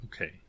okay